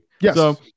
Yes